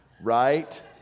right